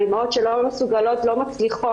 על אימהות שלא מסוגלות ולא מצליחות